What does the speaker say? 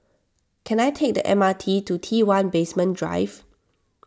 can I take the M R T to T one Basement Drive